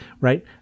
right